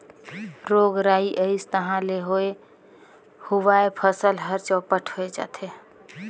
रोग राई अइस तहां ले होए हुवाए फसल हर चैपट होए जाथे